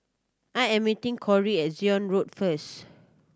I am meeting Cory at Zion Road first